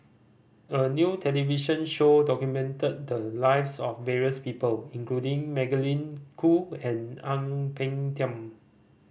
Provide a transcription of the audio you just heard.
a new television show documented the lives of various people including Magdalene Khoo and Ang Peng Tiam